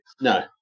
No